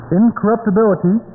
incorruptibility